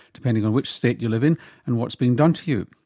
depending on which state you live in and what's being done to you.